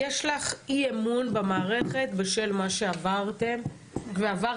יש לך אי אמון במערכת בשל מה שעברתן ועברת,